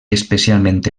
especialment